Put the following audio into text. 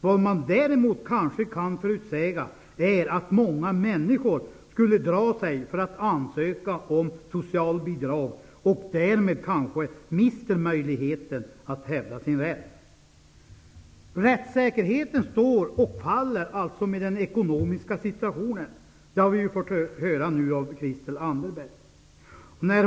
Vad man däremot kanske kan förutsäga är att många människor drar sig för att ansöka om socialbidrag. Därmed mister de kanske möjligheten att hävda sin rätt. Rättsäkerheten står och faller med den ekonomiska situationen. Det har vi fått höra av Christel Anderberg.